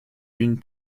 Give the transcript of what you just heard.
une